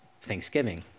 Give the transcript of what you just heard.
Thanksgiving